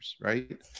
right